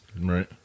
right